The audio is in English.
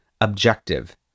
objective